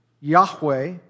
Yahweh